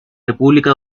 república